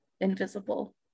invisible